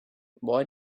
why